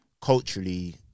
culturally